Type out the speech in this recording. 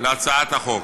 להצעת החוק.